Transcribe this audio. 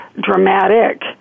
dramatic